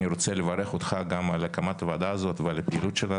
אני רוצה לברך אותך גם על הקמת הוועדה הזו והפעילות שלה,